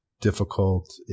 difficult